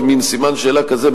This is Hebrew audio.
במין סימן שאלה כזה,